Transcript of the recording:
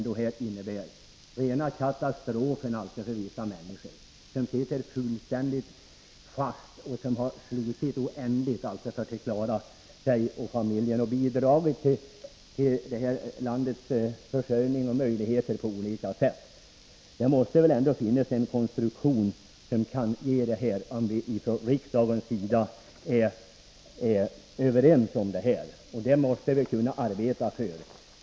Det innebär rena katastrofen för vissa människor som sitter fullständigt fast och som har slitit oändligt för att klara sin och familjens försörjning samtidigt som de har bidragit till landets försörjning på olika sätt. Det måste väl ändå finnas en konstruktion som kan ge skattebefrielse om vi från riksdagens sida är överens om det! Det måste vi kunna arbeta för.